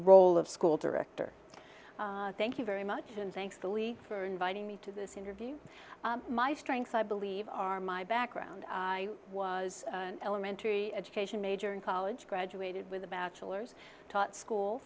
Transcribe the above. role of school director thank you very much and thanks the league for inviting me to this interview my strengths i believe are my background i was an elementary education major in college graduated with a bachelor's taught school